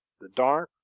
the dark,